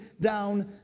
down